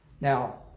Now